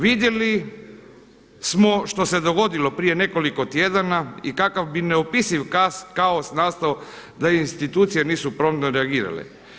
Vidjeli smo što se dogodilo prije nekoliko tjedana i kakav bi neopisiv kaos nastao da institucije nisu promptno reagirale.